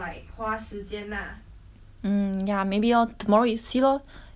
mm ya maybe orh tomorrow we see lor if we got time then we I think we will go there